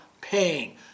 paying